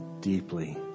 deeply